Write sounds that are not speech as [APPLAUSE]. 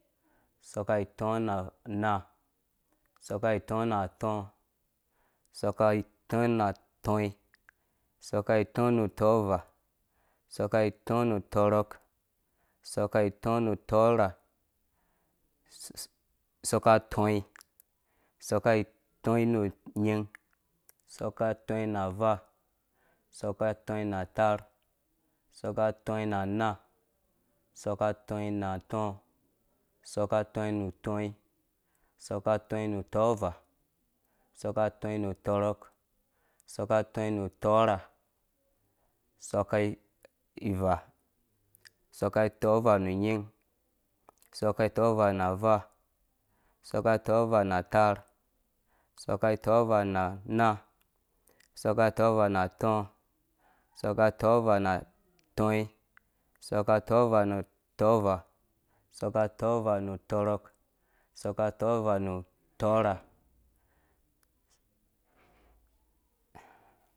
Sɔka itɔɔ na anaa, sɔka itɔɔ na tɔnyon, sɔka itɔɔ nu tonyi, soka itto na tɔvaa, sɔka sɔka itɔɔ nu tɔrɔk, sɔka itɔɔ nu tɔrha, sɔka tɔnyin, sɔka tɔnyin nu nying, sɔka tɔnyin na avaa, sɔka tɔyin na ataar, sɔka tɔnyin na anaa, sɔka tɔnyin na atɔɔ̃sɔka tɔnyin nu tɔnyin, sɔka tɔyin nu tɔvaa, sɔka tɔnyin nu tɔrɔk, sɔka tonyin nu tɔrha, sɔka ivaaa, sɔka tɔvaa na atar, sɔka tɔvaa na anaa, sɔka tɔvaa na atɔ, ɔ̃sɔka tɔvaa na tɔnyin, sɔka tɔvaa nu tɔvaa, sɔkaa tɔvaa nu tɔrɔk, sɔka tɔvaa nu tɔrha. [NOISE]